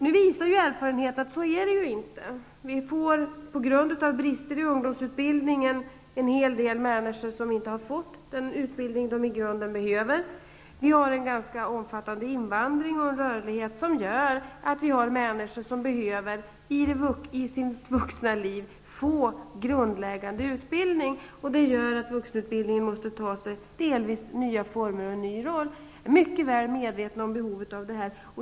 Nu visar erfarenheten att vi på grund av brister i ungdomsutbildningen får en hel del människor som inte har fått den utbildning de i grunden behöver. Vi har en ganska omfattande invandring och en rörlighet som gör att det finns människor som i sitt vuxna liv behöver få en grundläggande utbildning. Det gör att vuxenutbildningen måste ta sig delvis nya former och få en ny roll. Jag är mycket väl medveten om behovet av det.